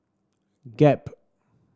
gap